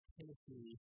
Tennessee